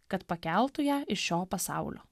kad pakeltų ją iš šio pasaulio